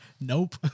Nope